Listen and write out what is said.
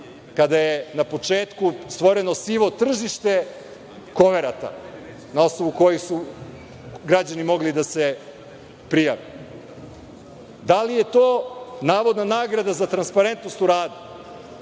kada je na početku stvoreno sivo tržište koverata na osnovu kojih su građani mogli da se prijave? Da li je to navodna nagrada za transparentnost u radu,